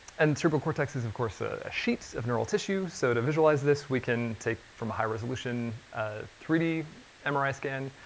and cerebral cortex is of course ah a sheet of neural tissue. so to visualize this we can take, from a high resolution three d um mri scan.